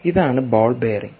ഇതാണ് ball bearing